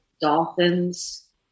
Dolphins